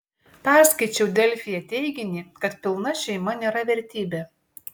perskaičiau delfyje teiginį kad pilna šeima nėra vertybė